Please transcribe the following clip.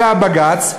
אלא הבג"ץ,